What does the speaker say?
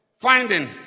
finding